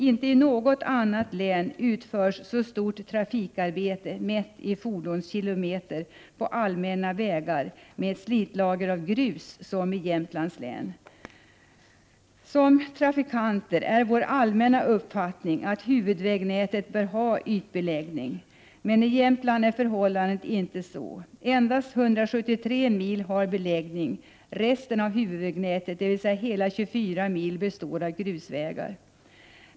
Inte i något annat län är trafikintensiteten så stor — mätt i fordonskilometer — på allmänna vägar med slitlager av grus som i Jämtlands län. Som trafikanter anser vi rent allmänt att huvudvägnätet bör ha ytbeläggning. Men i Jämtland förhåller det sig inte så. Endast 173 mil väg har beläggning. I övrigt består huvudvägnätet, dvs. hela 24 mil väg, av grusvägar.